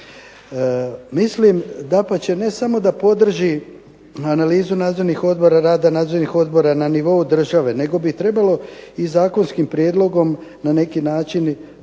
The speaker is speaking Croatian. Mislim dapače ne samo da podrži analizu nadzornih odbora, rada nadzornih odbora na nivou države nego bi trebalo i zakonskim prijedlogom na neki način to